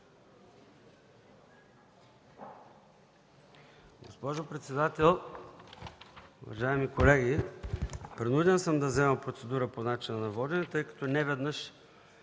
Госпожо председател, уважаеми колеги! Принуден съм да взема процедура по начина на водене, тъй като неведнъж